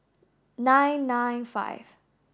nine nine five